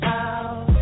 out